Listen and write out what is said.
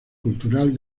cultural